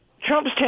Trump's